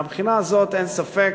מהבחינה הזאת אין ספק